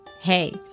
Hey